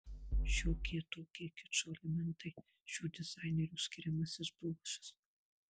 šiokie tokie kičo elementai šių dizainerių skiriamasis bruožas